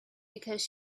because